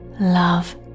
love